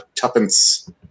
Tuppence